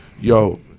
Yo